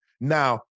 Now